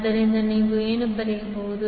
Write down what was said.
ಆದ್ದರಿಂದ ನೀವು ಏನು ಬರೆಯಬಹುದು